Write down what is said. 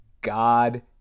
God